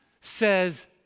says